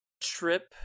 trip